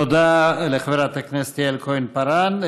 תודה לחברת הכנסת יעל כהן-פארן.